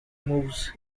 moves